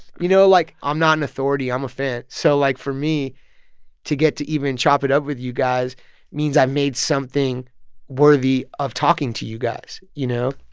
you know, like, i'm not an authority. i'm a fan. so, like, for me to get to even chop it up with you guys means i've made something worthy of talking to you guys, you know?